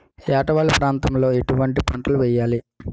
ఏటా వాలు ప్రాంతం లో ఎటువంటి పంటలు వేయాలి?